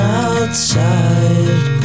outside